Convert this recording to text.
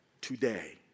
today